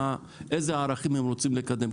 איזה ערכים הם רוצים לקדם.